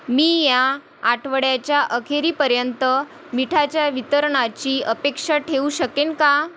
मी या आठवड्याच्या अखेरीपर्यंत मिठाच्या वितरणाची अपेक्षा ठेवू शकेन का